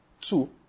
two